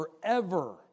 forever